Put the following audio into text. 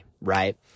right